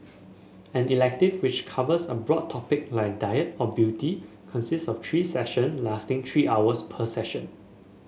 an elective which covers a broad topic like diet or beauty consists of three session lasting three hours per session